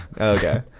okay